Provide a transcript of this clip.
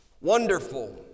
wonderful